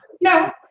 no